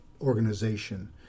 organization